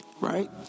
right